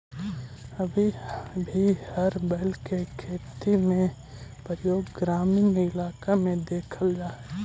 अभी भी हर बैल के खेती में प्रयोग ग्रामीण इलाक में देखल जा हई